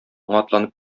атланып